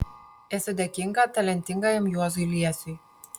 esu dėkinga talentingajam juozui liesiui